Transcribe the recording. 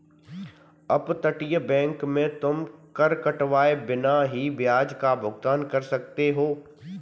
अपतटीय बैंक में तुम कर कटवाए बिना ही ब्याज का भुगतान कर सकते हो